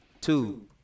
Two